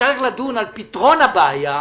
נצטרך לדון על פתרון הבעיה,